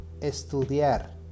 Estudiar